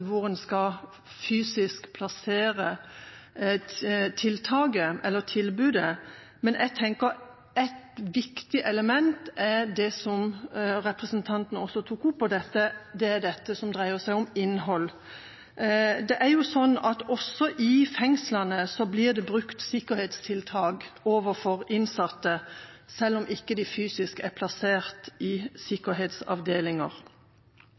hvor en fysisk skal plassere tilbudet, men jeg tenker at et viktig element er, som representanten også tok opp, det som dreier seg om innhold. Det er jo slik at også i fengslene blir det brukt sikkerhetstiltak overfor innsatte, selv om de ikke fysisk er plassert i sikkerhetsavdelinger.